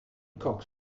cox